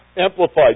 Amplified